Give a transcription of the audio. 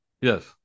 Yes